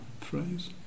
phrase